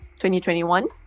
2021